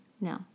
No